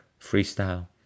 freestyle